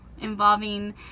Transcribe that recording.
involving